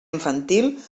infantil